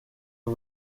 bwo